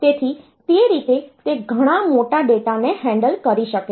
તેથી તે રીતે તે ઘણા મોટા ડેટાને હેન્ડલ કરી શકે છે